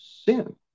sin